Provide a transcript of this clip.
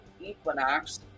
Equinox